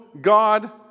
God